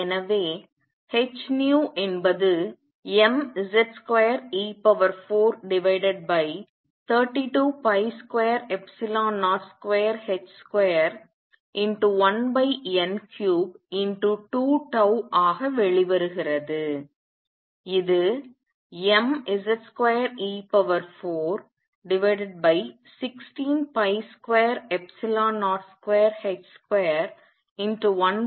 எனவே h என்பது mZ2e432202h21n32τ ஆக வெளிவருகிறது இது mZ2e416202h21n3ஆகும்